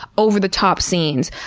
over-the-top scenes.